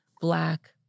black